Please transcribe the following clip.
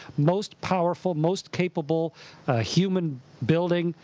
most powerful, most capable human building,